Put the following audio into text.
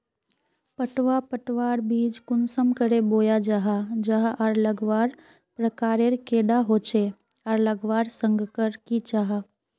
पटवा पटवार बीज कुंसम करे बोया जाहा जाहा आर लगवार प्रकारेर कैडा होचे आर लगवार संगकर की जाहा?